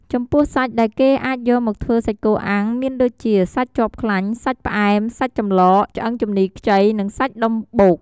ចំពោះសាច់ដែលគេអាចយកមកធ្វើសាច់គោអាំងមានដូចជា សាច់ជាប់ខ្លាញ់ សាច់ផ្អែម សាច់ចំឡក ឆ្អឹងជំនីខ្ចី និងសាច់ដុំបូក។